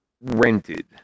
rented